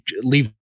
leave